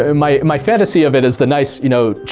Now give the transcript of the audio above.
ah my my fantasy of it is the nice, you know,